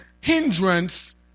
hindrance